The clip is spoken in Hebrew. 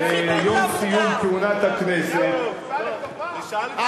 עד שסוף-סוף יש פה בצורה סדורה,